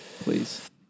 please